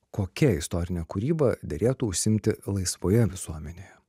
kokia istorine kūryba derėtų užsiimti laisvoje visuomenėje